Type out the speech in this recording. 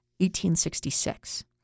1866